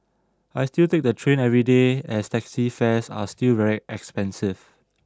I still take the train every day as taxi fares are still very expensive